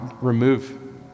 remove